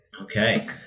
Okay